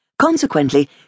Consequently